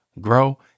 grow